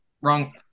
wrong